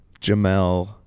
Jamel